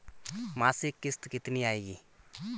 मासिक किश्त कितनी आएगी?